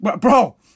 Bro